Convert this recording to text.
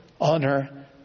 honor